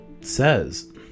says